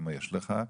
אם יש לך,